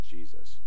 Jesus